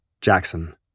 Jackson